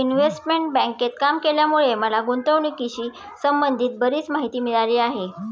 investment बँकेत काम केल्यामुळे मला गुंतवणुकीशी संबंधित बरीच माहिती मिळाली आहे